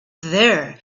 there